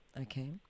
okay